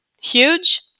huge